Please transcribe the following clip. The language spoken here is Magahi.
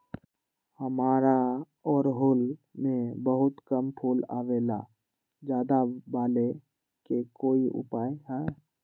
हमारा ओरहुल में बहुत कम फूल आवेला ज्यादा वाले के कोइ उपाय हैं?